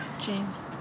james